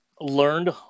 learned